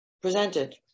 presented